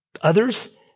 Others